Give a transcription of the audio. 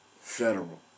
federal